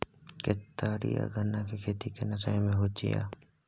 केतारी आ गन्ना के खेती केना समय में होयत या?